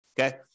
okay